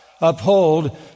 uphold